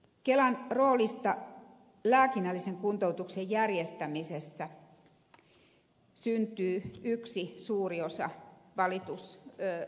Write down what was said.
kelan roolista lääkinnällisen kuntoutuksen järjestämisessä syntyy yksi suuri osa valituksista